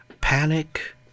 panic